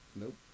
Nope